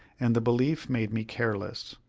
and the belief made me careless.